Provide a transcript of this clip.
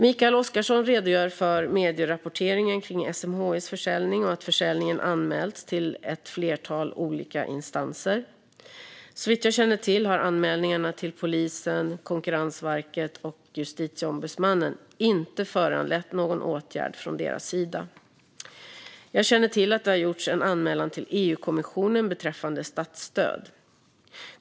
Mikael Oscarsson redogör för medierapporteringen kring SMHI:s försäljning och för att försäljningen anmälts till ett flertal olika instanser. Såvitt jag känner till har anmälningarna till polisen, Konkurrensverket och Justitieombudsmannen inte föranlett någon åtgärd från deras sida. Jag känner till att det gjorts en anmälan till EU-kommissionen beträffande statsstöd.